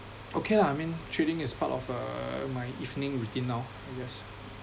okay lah I mean trading is part of uh my evening routine now I guess